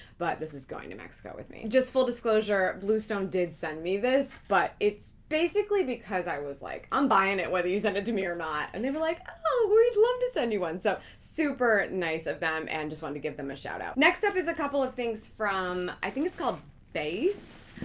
but this is going to mexico with me. just full disclosure, bluestone did send me this. but it's basically because i was like i'm buying it whether you send it to me or not. and they were like oh, we'd love to send you one. so super nice of them and just wanted to give them a shout out. next up is a couple of things from i think it's called base.